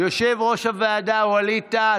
יושב-ראש הוועדה ווליד טאהא,